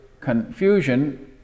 confusion